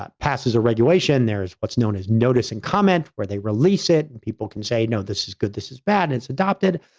ah passes a regulation, there's what's known as notice and comment where they release it, and people can say, no, this is good, this is bad, it's adopted.